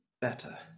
better